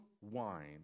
wine